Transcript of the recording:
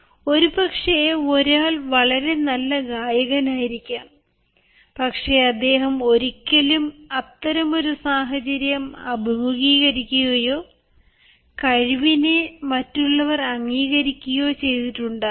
ഒരുപക്ഷേ ഒരാൾ വളരെ നല്ല ഗായകനായിരിക്കാം പക്ഷേ അദ്ദേഹം ഒരിക്കലും അത്തരമൊരു സാഹചര്യം അഭിമുഖീകരിക്കുകയോ കഴിവിനെ മറ്റുള്ളവർ അംഗീകരിക്കുകയോ ചെയ്തിട്ടുണ്ടാവില്ല